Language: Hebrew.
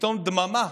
ופתאום דממה.